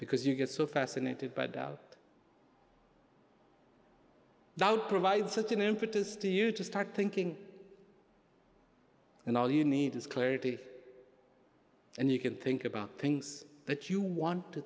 because you get so fascinated by doubt that provides such an impetus to you to start thinking and all you need is clarity and you can think about things that you want to